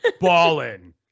Ballin